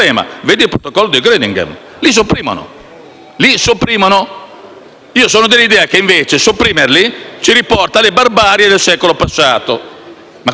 Io sono dell'idea che sopprimerli ci riporti alle barbarie del secolo passato. Questo è quello che sta succedendo in Europa e ciò a cui